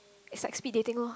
is like speed dating loh